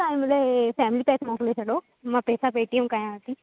तव्हां मूंखे हीउ फैमिली पैक मोकिले छॾो मां पैसा पेटीएम कयांव थी